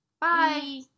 Bye